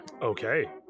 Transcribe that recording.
Okay